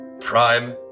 Prime